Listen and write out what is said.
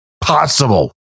possible